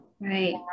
right